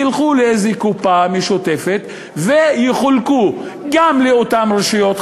ילכו לאיזו קופה משותפת ויחולקו גם לאותן רשויות חזקות,